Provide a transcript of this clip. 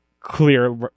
clear